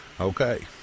Okay